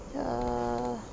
ya